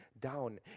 down